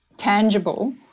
tangible